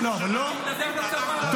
תתנדב לצבא.